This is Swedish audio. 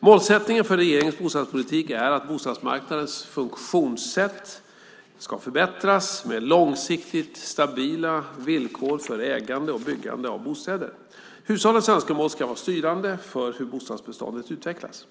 Målsättningen för regeringens bostadspolitik är att bostadsmarknadens funktionssätt ska förbättras med långsiktigt stabila villkor för ägande och byggande av bostäder. Hushållens önskemål ska vara styrande för hur bostadsbeståndet utvecklas.